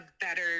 better